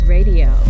Radio